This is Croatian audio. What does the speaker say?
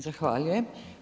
Zahvaljujem.